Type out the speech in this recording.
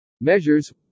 Measures